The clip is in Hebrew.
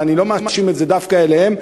ואני לא מאשים בזה דווקא אותם,